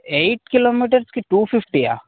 eight కిలోమీటర్స్కి two ఫిఫ్టీయా